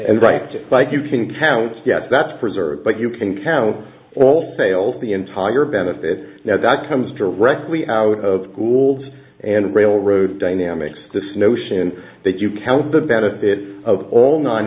and right just like you can count yes that's preserved but you can count all sales the entire benefit now that comes directly out of schools and railroad dynamics this notion that you count the benefit of all n